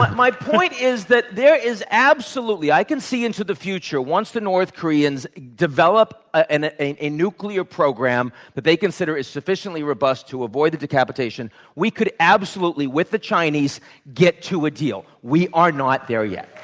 my point is that there is absolutely i can see into the future. once the north koreans develop and ah a a nuclear program that they consider is sufficiently robust to avoid the decapitation, we could absolutely with the chinese get to a deal. we are not there yet.